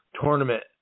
tournament